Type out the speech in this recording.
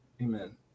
Amen